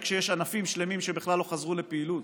כשיש ענפים שלמים שבכלל לא חזרו לפעילות,